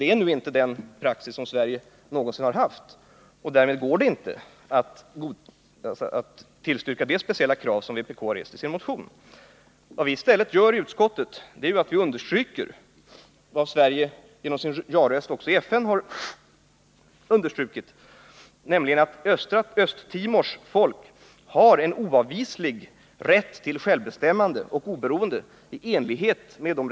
Det är nu inte en praxis som Sverige någonsin har haft, och därmed går det inte att tillstyrka det speciella krav som vpk har rest i sin motion. Vad vi i stället gör i utskottet är att vi understryker det som Sverige genom sin ja-röst i FN också har understrukit, nämligen att Östtimors folk har en oavvislig rätt till självbestämmande och oberoende i enlighet med de.